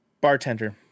bartender